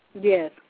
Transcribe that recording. Yes